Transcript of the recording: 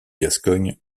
gascogne